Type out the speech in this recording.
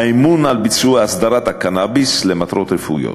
האמון על ביצוע אסדרת הקנאביס למטרות רפואיות.